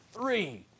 three